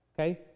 Okay